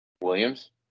Williams